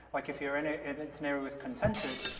like, if you're, and ah if it's narrow with consensus,